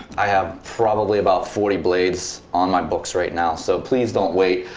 i have probably about forty blades on my books right now so please don't wait.